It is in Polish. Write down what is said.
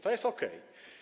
To jest okej.